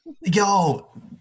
Yo